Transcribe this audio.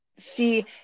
See